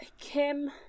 Kim